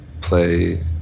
play